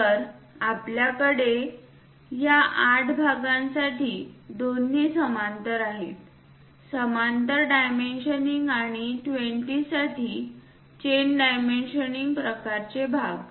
तर आपल्याकडे या 8 भागांसाठी दोन्ही समांतर आहेत समांतर डायमेन्शनिंग आणि या 20 साठी चेन डायमेन्शनिंग प्रकारचे भाग